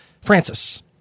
Francis